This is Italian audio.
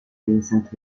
vincent